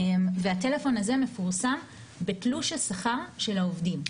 הטלפון הזה מפורסם בתלוש השכר של העובדים.